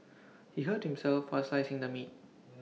he hurt himself while slicing the meat